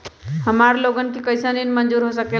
हमार लोगन के कइसन ऋण मंजूर हो सकेला?